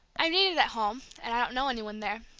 i'm needed at home, and i don't know any one there,